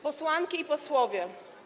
Posłanki i Posłowie!